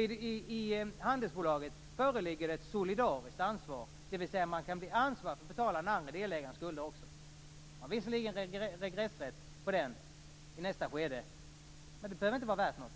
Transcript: I handelsbolaget föreligger ju ett solidariskt ansvar, dvs. man kan bli ansvarig för att betala den andra delägarens skulder också. Regressrätt finns visserligen i nästa skede, men det behöver inte vara värt något.